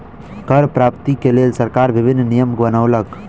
कर प्राप्ति के लेल सरकार विभिन्न नियम बनौलक